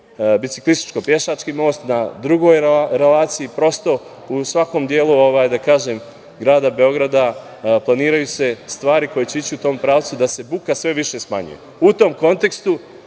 biciklističko-pešački most na drugoj relaciji, itd. Prosto, u svakom delu grada Beograda planiraju se stvari koje će ići u tom pravcu da se buka sve više smanjuje.U tom kontekstu